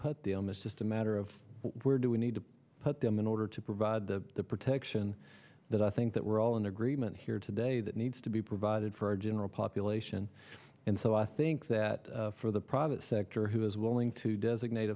put the oem is just a matter of where do we need to put them in order to provide the protection that i think that we're all in agreement here today that needs to be provided for a general population and so i think that for the private sector who is willing to designate